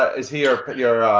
ah is he ah but your.